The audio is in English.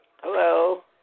Hello